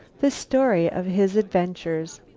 the story of his adventures.